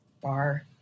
Bar